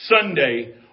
Sunday